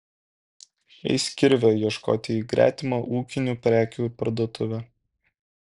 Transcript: eis kirvio ieškoti į gretimą ūkinių prekių parduotuvę